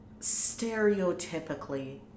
stereotypically